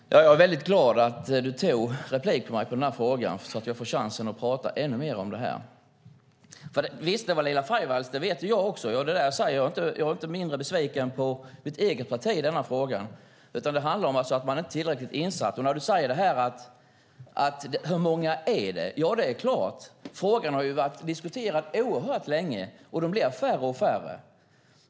Herr talman! Jag är väldigt glad att du begärde replik mot mig i denna fråga, Otto von Arnold, så att jag får chansen att prata ännu mer om detta. Visst, det var Laila Freivalds; det vet jag också. Jag är inte mindre besviken på mitt eget parti i denna fråga. Det handlar om att man inte är tillräckligt insatt. Du frågar: Hur många är det? Ja, det är klart - frågan har diskuterats oerhört länge, och de blir färre och färre.